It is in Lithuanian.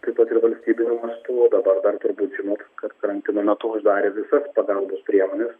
taip pat ir valstybiniu mastu o dabar dar turbūt žinot kad karantino metu uždarė visas pagalbos priemones